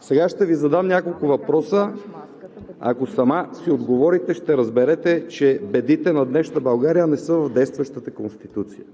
Сега ще Ви задам няколко въпроса и ако сама си отговорите, ще разберете, че бедите на днешна България не са в действащата Конституция.